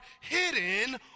hidden